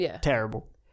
terrible